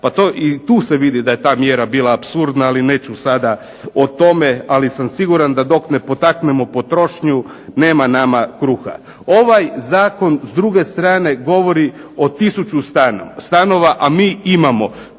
i tu se vidi da je ta mjera bila apsurdna, ali neću sada o tome, ali sam siguran da dok ne potaknemo potrošnju nema nama kruha. Ovaj zakon, s druge strane, govori o tisuću stanova, a mi imamo